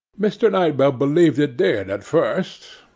mr. knight bell believed it did at first.